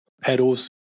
pedals